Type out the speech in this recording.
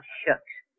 shucks